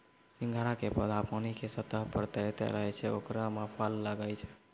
सिंघाड़ा के पौधा पानी के सतह पर तैरते रहै छै ओकरे मॅ फल लागै छै